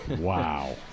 Wow